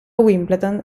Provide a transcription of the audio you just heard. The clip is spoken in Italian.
wimbledon